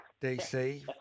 DC